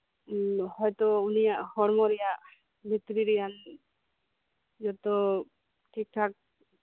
ᱦᱚᱭᱛᱳ ᱩᱱᱤᱭᱟᱜ ᱦᱚᱲᱢᱚ ᱨᱮᱭᱟᱜ ᱵᱷᱤᱛᱨᱤ ᱨᱮᱭᱟᱝ ᱡᱚᱛᱚ ᱴᱷᱤᱠ ᱴᱷᱟᱠ